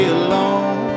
alone